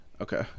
Okay